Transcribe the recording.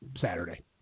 Saturday